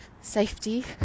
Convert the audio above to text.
safety